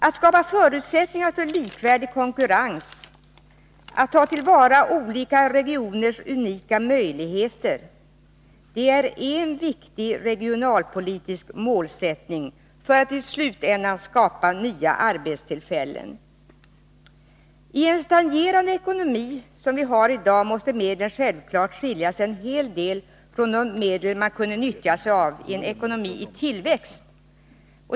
Att skapa förutsättningar för likvärdig konkurrens, att ta till vara olika regioners unika möjligheter, är en viktig regionalpolitisk målsättning för att i slutänden skapa nya arbetstillfällen. I en stagnerande ekonomi, som vi har i dag, måste medlen självklart skilja sig en hel del från de medel man kunde nyttja i en ekonomi i tillväxt.